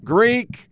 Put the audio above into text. Greek